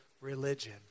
religion